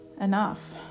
Enough